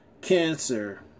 cancer